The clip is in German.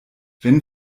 wenn